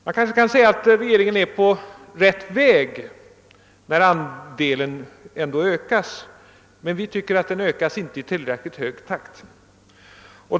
Det kanske kan sägas att regeringen sålunda är på rätt väg då andelen ökas, men vi tycker att den bör ökas i högre takt.